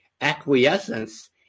acquiescence